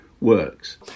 works